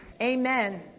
Amen